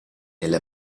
nelle